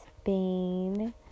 Spain